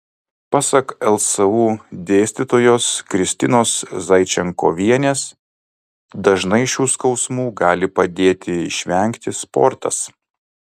pasak lsu dėstytojos kristinos zaičenkovienės dažnai šių skausmų gali padėti išvengti sportas